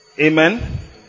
Amen